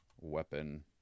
weapon